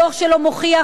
הדוח שלו מוכיח,